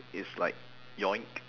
it's like yoink